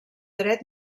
dret